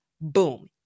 Boom